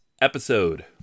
episode